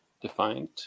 Defined